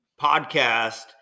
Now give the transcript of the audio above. podcast